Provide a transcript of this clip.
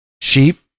sheep